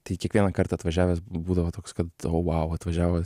tai kiekvieną kartą atvažiavęs būdavo toks kad o vau atvažiavo